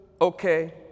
okay